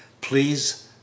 please